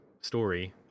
story